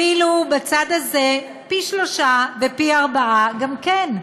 ואילו בצד הזה, פי שלושה ופי ארבעה, גם כן,